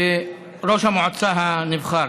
לראש המועצה הנבחר,